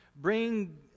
bring